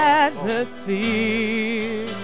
atmosphere